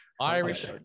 Irish